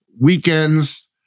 weekends